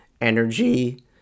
energy